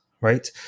right